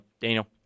Daniel